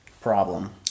problem